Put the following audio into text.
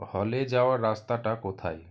হলে যাওয়ার রাস্তাটা কোথায়